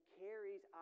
carries